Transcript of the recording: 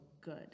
good